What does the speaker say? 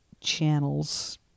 channels